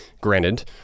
Granted